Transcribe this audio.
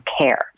care